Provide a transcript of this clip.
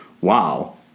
wow